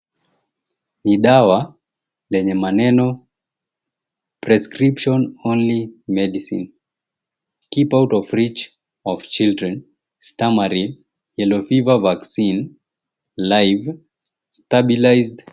Ni dawa lenye maneno prescription only medicine keep out of reach of children stummery yellow fever vaccine live stabilized.